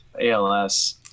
ALS